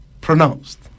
pronounced